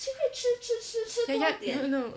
ya ya no no